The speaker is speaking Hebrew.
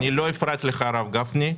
אני לא הפרעתי לך, הרב גפני.